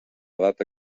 data